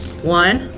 one.